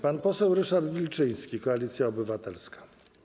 Pan poseł Ryszard Wilczyński, Koalicja Obywatelska.